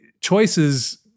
choices